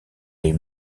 les